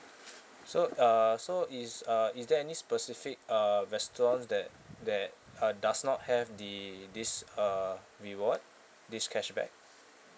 so uh so is uh is there any specific uh restaurants that that uh does not have the this uh reward this cashback